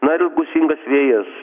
dar ir gūsingas vėjas